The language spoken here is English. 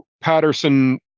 Patterson